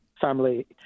family